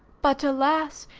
but alas!